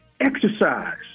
exercise